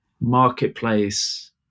marketplace